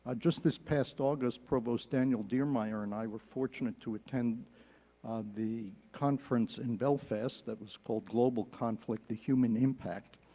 ah just this past august, provost daniel diermeier and i were fortunate to attend the conference in belfast that was called global conflict, the human impact.